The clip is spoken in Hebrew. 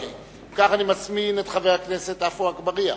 אם כך, אני מזמין את חבר הכנסת עפו אגבאריה.